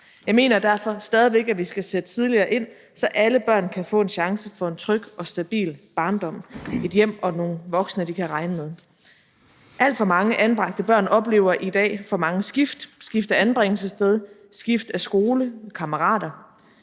Jeg mener derfor stadig væk, at vi skal sætte tidligere ind, så alle børn kan få en chance for en tryg og stabil barndom, et hjem og nogle voksne, som de kan regne med. Alt for mange anbragte børn oplever i dag for mange skift: skift af anbringelsessted, skift af skole og kammerater.